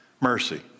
Mercy